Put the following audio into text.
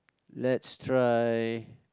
let's try